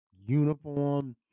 uniform